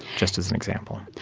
just as an example.